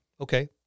Okay